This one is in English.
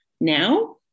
Now